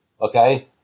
okay